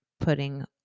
putting